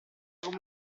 come